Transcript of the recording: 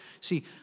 See